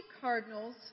cardinals